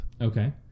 Okay